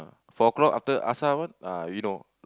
four o-clock after asar one ah you know